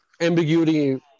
ambiguity